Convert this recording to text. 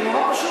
זה נורא פשוט.